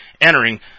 entering